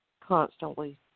constantly